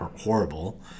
horrible